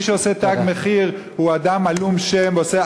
מי שעושה "תג מחיר" הוא אדם עלום שם ועושה